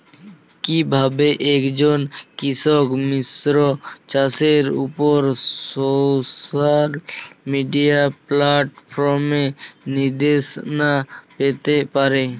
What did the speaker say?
কিভাবে একজন কৃষক মিশ্র চাষের উপর সোশ্যাল মিডিয়া প্ল্যাটফর্মে নির্দেশনা পেতে পারে?